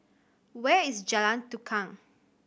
where is Jalan Tukang